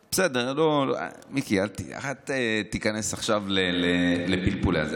בסדר, מיקי, אל תיכנס עכשיו לפלפולים.